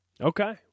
Okay